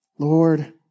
Lord